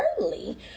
early